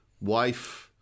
wife